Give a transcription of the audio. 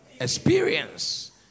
Experience